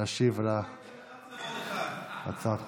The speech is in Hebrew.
להשיב להצעה הדחופה.